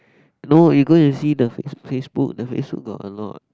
no you go and see the Face~ Facebook the Facebook got a lot